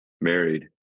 married